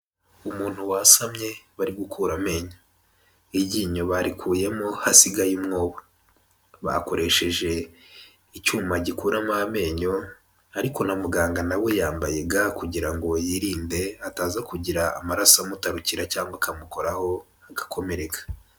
Umuntu wasamye bari gukura amenyo. Iryinyo barikuyemo hasigaye umwobo. Bakoresheje icyuma gikuramo amenyo ariko na muganga na we yambaye ga kugira ngo yirinde, hataza kugira amaraso amutarukira cyangwa akamukoraho agakomereka.